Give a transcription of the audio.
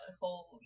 whole